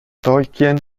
tolkien